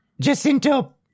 Jacinto